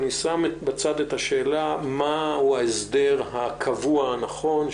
אני שם בצד את השאלה מהו ההסדר הקבוע הנכון,